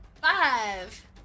Five